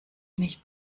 nicht